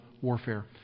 warfare